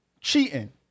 cheating